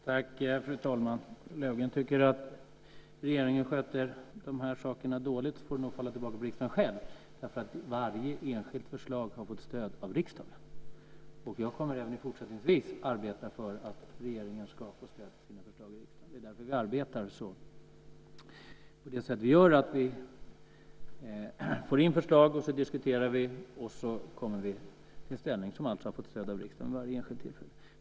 Fru talman! Om Ulla Löfgren tycker att regeringen sköter dessa saker dåligt får det nog falla tillbaka på riksdagen själv därför att varje enskilt förslag har fått stöd av riksdagen. Jag kommer även i fortsättningen att arbeta för att regeringen ska få stöd för sina förslag i riksdagen. Det är därför som vi arbetar på det sätt som vi gör, nämligen att vi får in förslag, diskuterar dem, och sedan kommer vi fram till ett ställningstagande som alltså har fått stöd av riksdagen vid varje enskilt tillfälle.